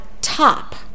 top